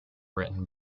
written